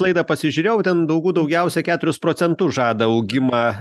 laidą pasižiūrėjau ten daugų daugiausia keturius procentus žada augimą